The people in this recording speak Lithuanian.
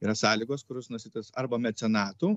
yra sąlygos kurios nustatytos arba mecenatų